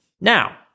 Now